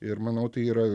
ir manau tai yra